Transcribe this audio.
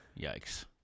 Yikes